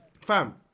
fam